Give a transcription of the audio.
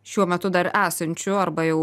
šiuo metu dar esančiu arba jau